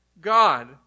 God